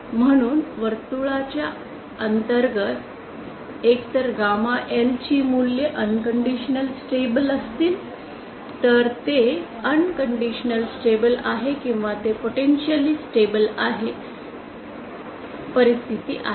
म्हणून वर्तुळाच्या अंतर्गत एकतर गामा L ची मूल्ये अनकंडिशनलि स्टेबल असतील तर ते अनकंडिशनल स्टेबल आहे किंवा ते पोटेंशिअलि अनन्स्टेबल परिस्थितीत आहे